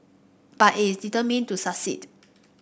but it is determined to succeed